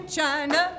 China